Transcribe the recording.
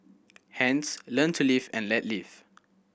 hence learn to live and let live